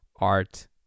art